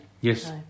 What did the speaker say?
Yes